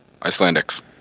Icelandics